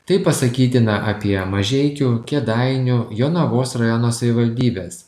tai pasakytina apie mažeikių kėdainių jonavos rajono savivaldybes